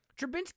Trubinsky